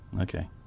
Okay